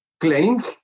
claims